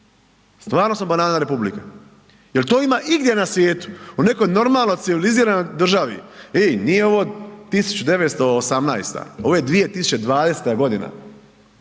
stvarno smo banana republika. Jel to ima igdje na svijetu? U nekoj normalnoj civiliziranoj državi, ej nije ovo 1918., ovo je 2020.g.